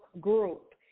group